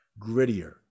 grittier